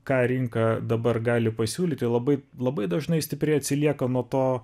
ką rinka dabar gali pasiūlyti labai labai dažnai stipriai atsilieka nuo to